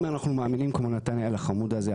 אם אנחנו מאמינים כמו נתנאל החמוד הזה,